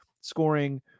scoring